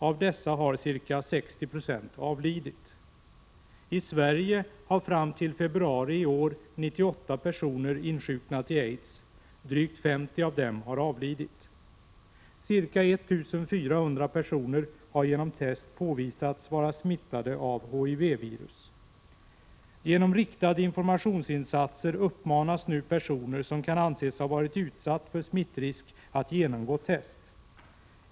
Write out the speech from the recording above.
Av dessa har ca 60 96 avlidit. I Sverige har fram till i februari i år 98 personer insjuknat i aids. Drygt 50 av dem har avlidit. Ca 1 400 personer har genom test påvisats vara smittade av HIV-virus. Genom riktade informationsinsatser uppmånas nu personer som kan anses ha varit utsatta för smittrisk att genomgå test.